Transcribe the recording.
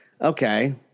okay